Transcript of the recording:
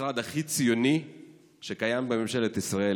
המשרד הכי ציוני שקיים בממשלת ישראל,